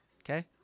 okay